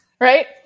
right